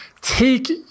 take